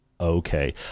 Okay